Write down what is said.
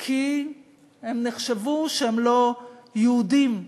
כי הם נחשבו לא יהודים מספיק?